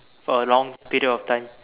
for a long period of time